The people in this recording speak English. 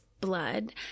blood